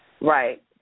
Right